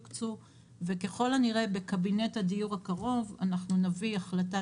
וככל הנראה בקבינט הדיור הקרוב אנחנו נביא החלטת